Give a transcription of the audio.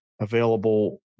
available